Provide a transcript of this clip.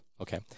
Okay